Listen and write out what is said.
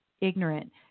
ignorant